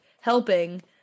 helping